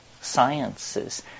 sciences